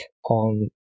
On